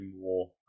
more